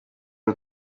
uru